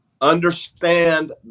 understand